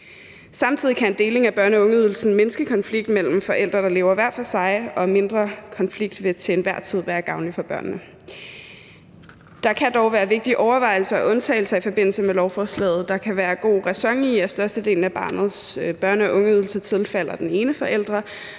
Samtidig kan en deling af børne- og ungeydelsen mindske konflikten mellem forældre, der lever hver for sig, og mindre konflikt vil til enhver tid være gavnligt for børnene. Der kan dog være vigtige overvejelser og undtagelser i forbindelse med lovforslaget. Der kan være god ræson i, at størstedelen af barnets børne- og ungeydelse tilfalder den ene forælder,